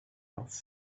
else